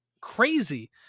crazy